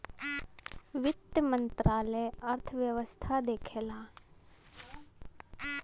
वित्त मंत्रालय अर्थव्यवस्था देखला